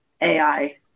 AI